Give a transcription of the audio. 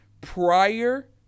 prior